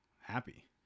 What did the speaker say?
happy